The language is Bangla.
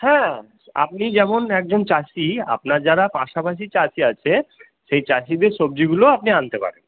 হ্যাঁ আপনি যেমন একজন চাষী আপনার যারা পাশাপাশি চাষী আছে সেই চাষীদের সবজিগুলোও আপনি আনতে পারেন